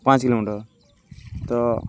ପାଞ୍ଚ୍ କିଲୋମିଟର୍ ତ